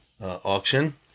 auction